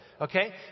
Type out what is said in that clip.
Okay